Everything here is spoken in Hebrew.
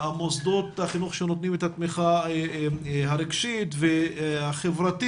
מוסדות החינוך שנותנים את התמיכה הרגשית והחברתית,